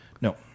No